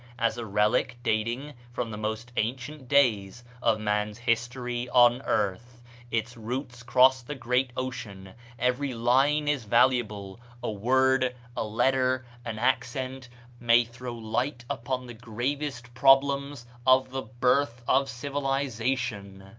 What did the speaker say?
as a relic dating from the most ancient days of man's history on earth its roots cross the great ocean every line is valuable a word, a letter, an accent may throw light upon the gravest problems of the birth of civilization.